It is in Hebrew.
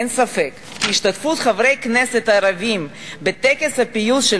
אין ספק שהשתתפות של חברי הכנסת הערבים בטקס הפיוס של